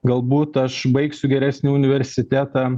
galbūt aš baigsiu geresnį universitetą